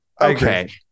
Okay